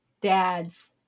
dads